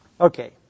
Okay